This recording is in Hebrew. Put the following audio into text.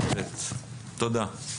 תודה.